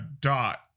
dot